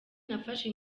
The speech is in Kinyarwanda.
nafashe